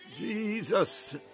Jesus